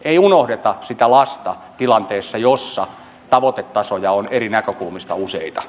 ei unohdeta sitä lasta tilanteessa jossa tavoitetasoja on eri näkökulmista useita